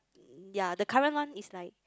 yea the current one is like